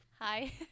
Hi